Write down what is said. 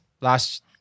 last